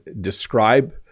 describe